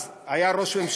אז הוא היה ראש הממשלה: